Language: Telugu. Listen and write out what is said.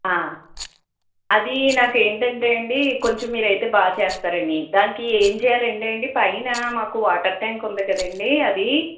ఆ అది నాకు ఏంటంటే అండి కొంచెం మీరు అయితే బాగా చేస్తారని దానికి ఏం చేయాలంటే అండి పైన మాకు వాటర్ ట్యాంక్ ఉంది కదండీ అది